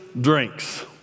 drinks